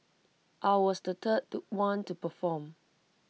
I was the third one to perform